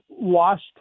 lost